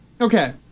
Okay